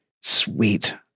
Sweet